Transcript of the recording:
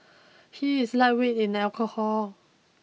he is lightweight in alcohol